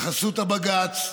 בחסות הבג"ץ,